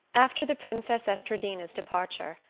after the princess estradina's departure,